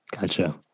Gotcha